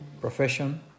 profession